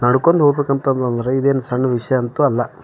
ನಡ್ಕೊಂಡು ಹೋಗಬೇಕು ಅಂತಂತಂದ್ರೆ ಇದೇನು ಸಣ್ಣ ವಿಷಯ ಅಂತೂ ಅಲ್ಲ